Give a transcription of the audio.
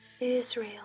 Israel